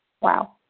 Wow